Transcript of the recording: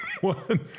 one